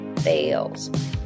fails